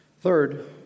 third